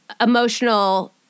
emotional